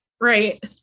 Right